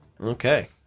Okay